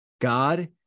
God